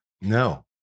No